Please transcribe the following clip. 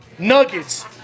nuggets